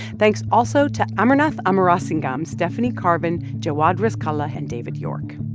thanks also to amarnath amarasingam, stephanie carvin, jawad rizkallah and david york.